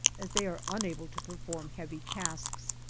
as they are unable to perform heavy tasks,